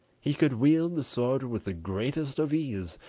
he could wield the sword with the greatest of ease,